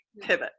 Pivot